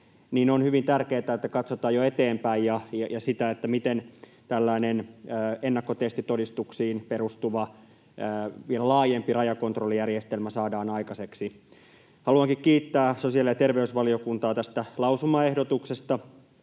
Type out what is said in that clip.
niin on hyvin tärkeätä, että katsotaan jo eteenpäin ja sitä, miten tällainen ennakkotestitodistuksiin perustuva, vielä laajempi rajakontrollijärjestelmä saadaan aikaiseksi. Haluankin kiittää sosiaali‑ ja terveysvaliokuntaa tästä lausumaehdotuksesta,